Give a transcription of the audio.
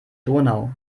donau